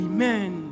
Amen